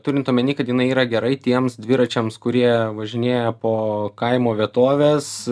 turint omeny kad jinai yra gerai tiems dviračiams kurie važinėja po kaimo vietoves